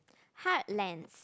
heartlands